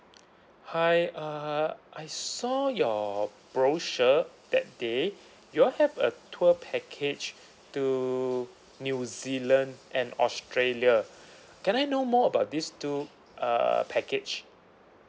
hi uh I saw your brochure that day you all have a tour package to new zealand and australia can I know more about these two uh package